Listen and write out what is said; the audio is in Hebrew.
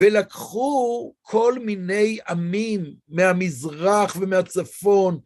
ולקחו כל מיני עמים מהמזרח ומהצפון.